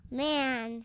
man